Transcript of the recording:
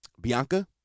Bianca